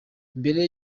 mbere